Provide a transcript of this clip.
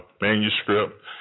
manuscript